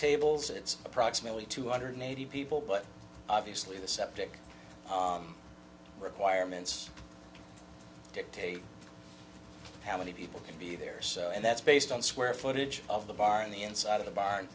tables it's approximately two hundred eighty people but obviously the septic requirements dictate how many people can be there and that's based on square footage of the bar in the inside of the bar